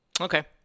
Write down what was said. Okay